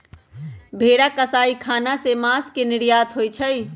भेरा कसाई ख़ना से मास के निर्यात होइ छइ